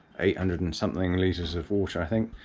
eight hundred and something litres of water, i think,